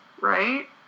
right